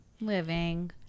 living